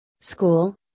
School